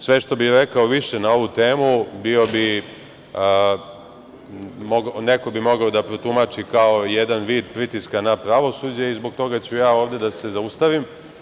Sve što bi rekao više na ovu temu neko bi mogao da protumači kao jedan vid pritiska na pravosuđe i zbog toga ću ja ovde da se zaustavim.